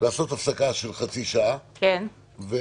לעשות הפסקה של חצי שעה --- להידבר.